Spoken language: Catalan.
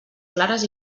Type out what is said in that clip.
clares